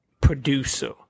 producer